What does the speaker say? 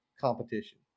competition